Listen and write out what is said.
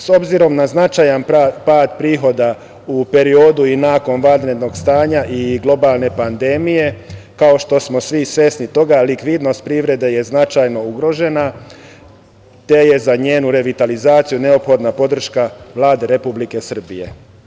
S obzirom na značajan pad prihoda u periodu i nakon vanrednog stanja i globalne pandemije, kao što smo svi svesni toga, likvidnost privrede je značajno ugrožena, te je za njenu revitalizaciju neophodna podrška Vlade Republike Srbije.